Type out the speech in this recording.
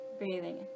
Breathing